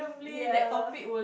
yeah